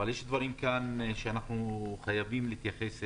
אבל יש כאן דברים שאנחנו חייבים להתייחס אליהם,